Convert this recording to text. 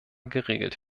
geregelt